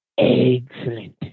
Excellent